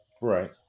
Right